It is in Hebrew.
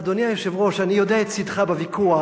אדוני היושב-ראש, אני יודע את צדך בוויכוח.